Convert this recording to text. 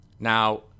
Now